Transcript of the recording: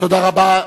תודה רבה.